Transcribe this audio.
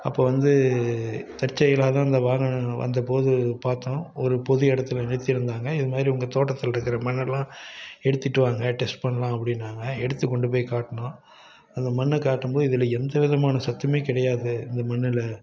அப்போது வந்து தற்செயலாக தான் அந்த வாகனம் வந்தபோது பார்த்தோம் ஒரு பொது இடத்துல நிறுத்தியிருந்தாங்க இதுமாதிரி உங்கள் தோட்டத்தில் இருக்கிற மண்ணெல்லாம் எடுத்துகிட்டு வாங்க டெஸ்ட் பண்ணலாம் அப்படின்னாங்க எடுத்தகொண்டு போய் காட்டினோம் அது மண்ணை காட்டும் போது இதில் எந்த விதமான சத்தும் கிடையாது இந்த மண்ணில்